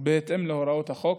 ובהתאם להוראות החוק.